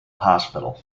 hospital